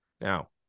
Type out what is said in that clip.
Now